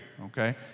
okay